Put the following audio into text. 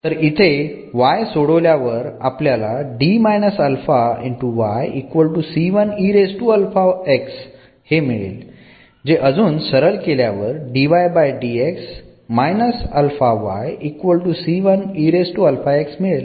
तर इथे y सोडल्यावर आपल्याला हे मिळेल जे अजून सरल केल्यावर मिळेल